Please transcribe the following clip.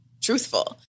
truthful